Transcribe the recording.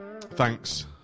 thanks